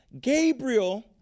Gabriel